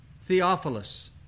Theophilus